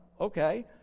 okay